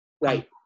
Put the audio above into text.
Right